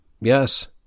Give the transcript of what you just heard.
Yes